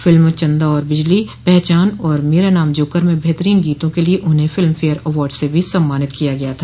film Chanda और बिजली पहचान और Mera Naam Joker में बेहतरीन गीतों के लिए उन्हें फिल्म फेयर अवार्ड से भी सम्मानित किया गया था